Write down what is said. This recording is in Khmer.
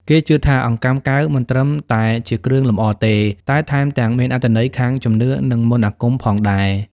គេជឿថាអង្កាំកែវមិនត្រឹមតែជាគ្រឿងលម្អទេ តែថែមទាំងមានអត្ថន័យខាងជំនឿ ឬមន្តអាគមផងដែរ។